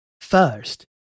first